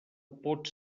pot